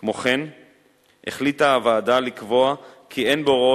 כמו כן החליטה הוועדה לקבוע כי אין בהוראות